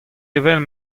evel